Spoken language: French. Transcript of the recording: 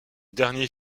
dernier